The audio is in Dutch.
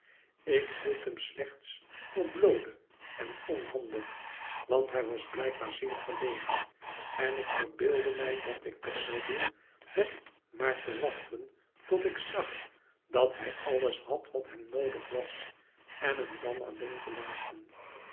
ik hield hem slechts voor bloode en onhandig want hij was blijkbaar zeer verlegen en ik verbeeldde mij dat ik best zou doen met maar te w'achten tot ik zag dat hij alles had wat hem noodig was en hem dan alleen te laten